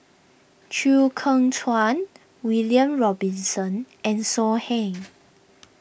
Chew Kheng Chuan William Robinson and So Heng